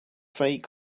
fight